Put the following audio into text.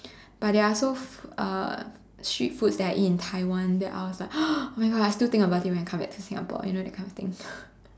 but there are also uh street foods that I eat in Taiwan then I was like oh my God I still think about it when I come back to Singapore you know that kind of thing